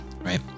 Right